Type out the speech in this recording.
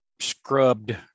scrubbed